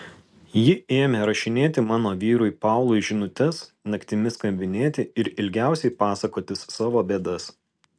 ji ėmė rašinėti mano vyrui paului žinutes naktimis skambinėti ir ilgiausiai pasakotis savo bėdas